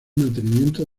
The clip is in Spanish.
mantenimiento